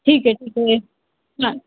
ठीक है ठीक है हाँ